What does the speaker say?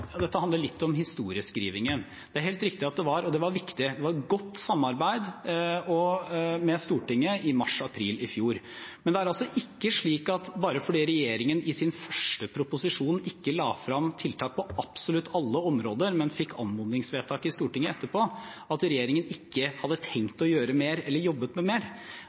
dette handler litt om historieskrivingen. Det er helt riktig – og det var viktig – at det var et godt samarbeid med Stortinget i mars/april i fjor. Men det er altså ikke slik at bare fordi regjeringen i sin første proposisjon ikke la frem tiltak på absolutt alle områder, men fikk anmodningsvedtak i Stortinget etterpå, hadde regjeringen ikke tenkt å gjøre mer eller jobbet med mer.